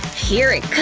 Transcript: here it comes!